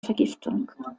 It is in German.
vergiftung